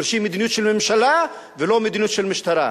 דורשים מדיניות של ממשלה ולא מדיניות של משטרה.